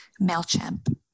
MailChimp